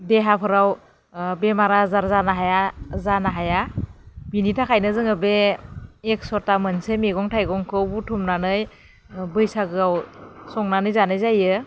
देहाफोराव बेमार आजार जानो हाया जानो हाया बेनि थाखायनो जोङो बे एक सथा मोनसे मैगं थाइगंखौ बुथुमनानै बैसागोआव संनानै जानाय जायो